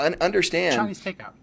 understand